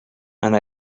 and